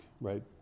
right